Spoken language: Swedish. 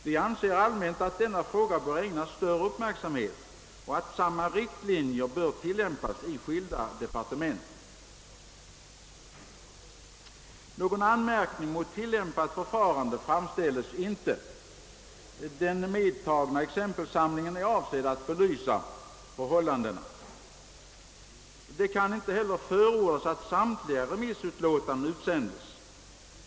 Vi anser allmänt att denna fråga bör ägnas större uppmärksamhet och att samma riktlinjer bör tillämpas i skilda departement. Någon anmärkning mot tillämpat förfarande framställes inte; den medtagna exempelsamlingen är avsedd att belysa förhållandena. Det kan inte förordas att samtliga remissutlåtanden utsändes.